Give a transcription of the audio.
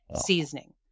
seasoning